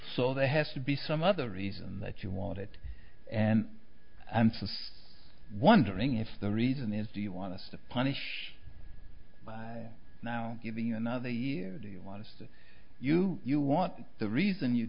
so there has to be some other reason that you want it and answer wondering if the reason is do you want us to punish by now giving another year do you want us you you want the reason you